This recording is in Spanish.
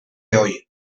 hoy